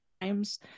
times